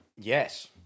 Yes